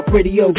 Radio